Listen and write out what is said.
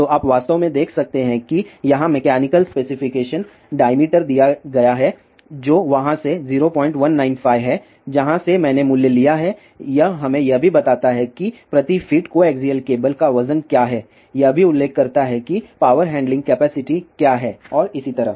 तो आप वास्तव में देख सकते हैं कि यहां मैकेनिकल स्पेसिफिकेशन डाईमीटर दिया गया है जो वहां से 0195 है जहां से मैंने मूल्य लिया है यह हमें यह भी बताता है कि प्रति फीट कोएक्सियल केबल का वजन क्या है यह भी उल्लेख करता है कि पावर हैंडलिंग कैपेसिटी क्या है और इसी तरह